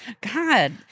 God